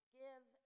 give